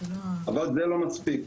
אבל זה לא מספיק,